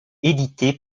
édité